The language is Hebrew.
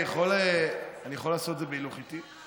אני יכול לעשות את זה בהילוך איטי?